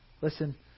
Listen